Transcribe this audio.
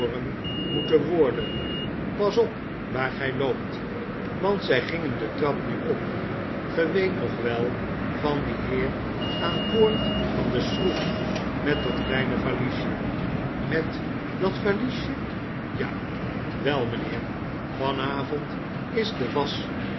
moeten worden pas op waar gij loopt want zij gingen de trap nu op ge weet nog wel van dien heer aan boord van de schroef met dat kleine valiesje met dat valiesje ja wel mijnheer vanavond is de